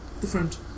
different